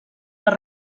per